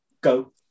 Go